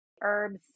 herbs